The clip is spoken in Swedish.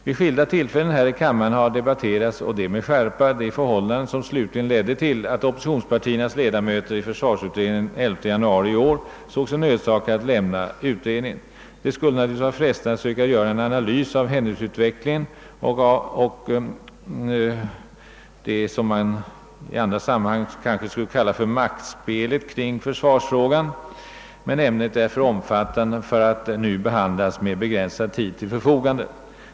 Vid skilda tillfällen har här i kammaren med skärpa diskuterats de förhållanden, vilka slutligen ledde till att oppositionspartiernas ledamöter i försvarsutredningen den 11 januari i år såg sig nödsakade att lämna utredningen. Det skulle naturligtvis vara frestande att försöka göra en analys av händelseutvecklingen och av det som man i andra sammanhang kanske skulle kunna kalla »maktspelet kring försvarsfrågan», men ämnet är för omfattande för att nu behandlas med begränsad tid till förfogande.